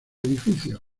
edificios